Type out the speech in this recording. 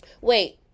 Wait